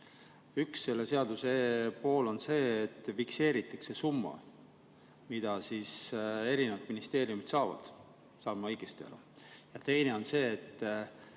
Üks selle seaduse pooli on see, et fikseeritakse summa, mida erinevad ministeeriumid saavad. Saan ma õigesti aru? Teine on see, et